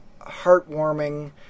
heartwarming